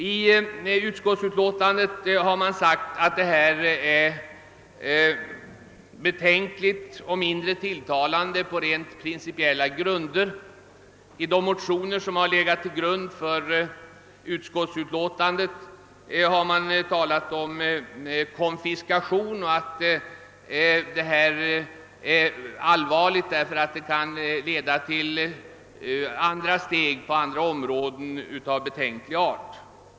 I utskottsutlåtandet har man sagt att på rent principiella grunder är propositionens förslag betänkligt och mindre tilltalande. I de motioner som har legat till grund för utlåtandet har man talat om konfiskation och att detta är allvarligt, därför att det kan leda till liknande åtgärder av betänklig art på andra områden.